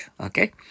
okay